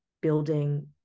building